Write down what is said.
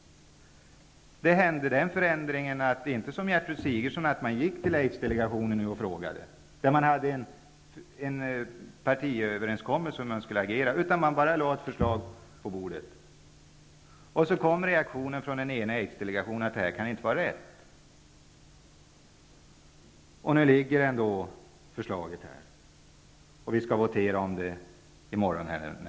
Det har blivit en förändring. Man gjorde inte som Getrud Sigurdsen. Man vände sig inte till Aidsdelegationen, där man har en partiöverenskommelse om hur man skall agera. Man lade bara fram ett förslag. Reaktionen från en enig Aids-delegation är att det här inte kan vara rätt. Men nu ligger förslaget här, och vi skall troligen votera i morgon.